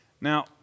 Now